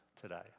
today